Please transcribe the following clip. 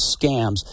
scams